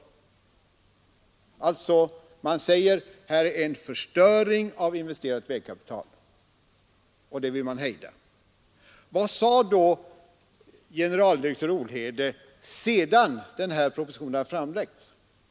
Man säger alltså att det här pågår en förstöring av investerat vägkapital, och den vill man hejda. Vad har då generaldirektör Olhede sagt sedan den här propositionen framlagts?